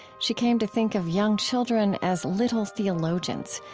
she came to think of young children as little theologians.